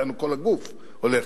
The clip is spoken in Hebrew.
דהיינו כל הגוף הולך,